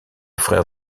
frère